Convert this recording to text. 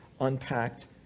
unpacked